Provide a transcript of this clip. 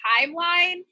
timeline